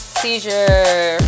seizure